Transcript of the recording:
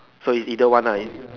so it either one lah